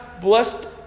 blessed